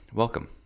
Welcome